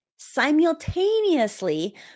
Simultaneously